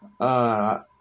err